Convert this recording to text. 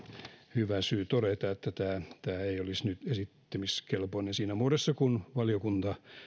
hyvä syy todeta että tämä ei olisi nyt esittämiskelpoinen siinä muodossa kuin valiokunta